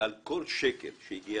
על כל שקל שהגיע